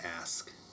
ask